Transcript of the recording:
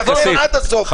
נילחם עד הסוף.